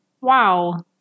wow